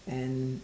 and